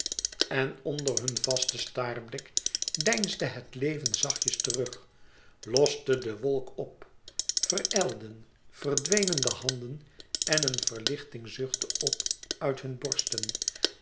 en onder hun vasten staarblik deinsde het leven zachtjes terug loste de wolk op verijlden verdwenen de handen en eene verlichting zuchtte op uit hunne borsten